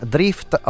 Drift